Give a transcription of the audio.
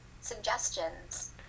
suggestions